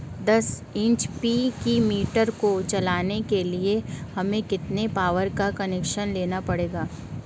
दस एच.पी की मोटर को चलाने के लिए हमें कितने पावर का कनेक्शन लेना पड़ेगा?